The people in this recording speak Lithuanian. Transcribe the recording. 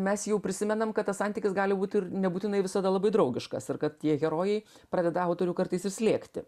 mes jau prisimenam kad tas santykis gali būt ir nebūtinai visada labai draugiškas ir kad tie herojai pradeda autorių kartais ir slėgti